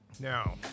Now